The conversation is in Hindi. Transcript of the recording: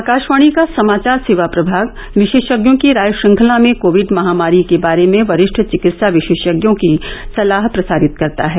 आकाशवाणी का समाचार सेवा प्रभाग विशेषज्ञोंकी राय श्रृंखला में कोविड महामारी के बारे में वरिष्ठचिकित्सा विशेषज्ञों की सलाह प्रसारित करता है